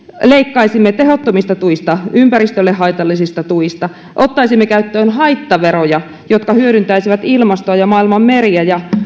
leikkaisimme tehottomista tuista ympäristölle haitallisista tuista ottaisimme käyttöön haittaveroja jotka hyödyntäisivät ilmastoa ja maailman meriä ja